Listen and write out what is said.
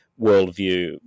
worldview